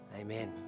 Amen